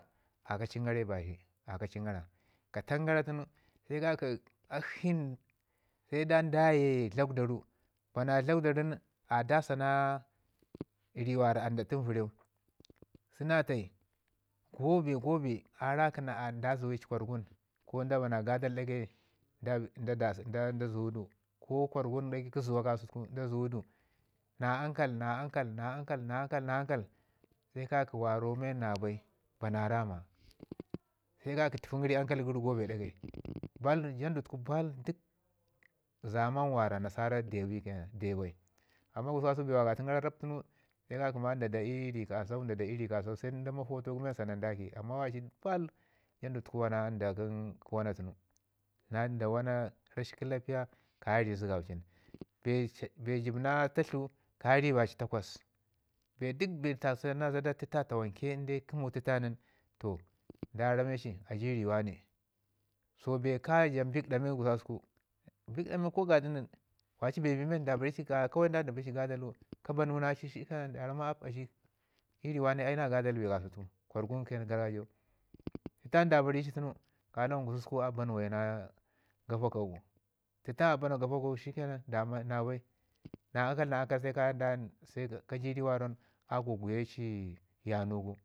a ka cin gara i bazhi, a ka cin gara. Gatan gara tunu se ka ki akshi se da ye tlakwdaru bana tlakwdarun a dasana ri wara anɗaɗ tun vərəu sunatan go bee go bee a rakənada zuwe ci kwargun ko dabana gadai dagai da zuwu du ko kwargun dagai zuwa ka sau da zuwu du na ankal na ankal na ankal na ankal se ka ki warau men na bai bina raama, se ka ki tufin gəri ankal gəri go bee ɗagai. Baal jandu tuku baal zaman wara nasara deu bi ke nan. Amman gususku bee wakatun gara rap se ka ki ma da da i ri kasau da da i ri kasau se nda ma fotu gu men san nin da ki amman waci baal jandu tuku wana nda kə wana tuku. Na nda wuna rashi kəlapiya kaya ii ri zəgaucin, bee jib na tatlu kaya ii ri baci takwas, bee duk bee ta se na zəda təta tawanke inde kə kəmu təta nin toh da rame ci a ji ri wane. So bee ka ja bikɗa men gususku kasau bikɗa men ko gaɗi nən daya dan da ba ri ci gadal gu, a ji ii ri wane ai na gadal kasau tuku, gwargun ke nan kə gargajiyau. Tətan da bari ci tunu ka lawan gususku a bauna na gafagau gu, təta a bauna gafagau gu shikke nan na bai na ankal na ankal sai kadan kaje ji ka cu i ri warau nin a gugguye ci yanu gu